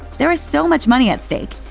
there is so much money at stake,